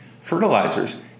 Fertilizers